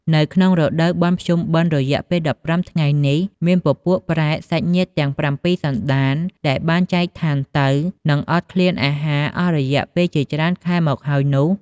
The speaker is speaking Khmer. នៅក្នុងរដូវបុណ្យភ្ជុំបិណ្ឌរយៈពេល ១៥ថ្ងៃនេះមានពពួកប្រេត សាច់ញាតិទាំងប្រាំពីរសណ្ដាន ដែលបានចែកឋានទៅ និងអត់ឃ្លានអាហារអស់រយៈពេលជាច្រើនខែមកហើយនោះ។